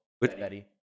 Betty